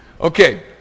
Okay